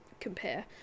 compare